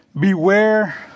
Beware